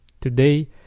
today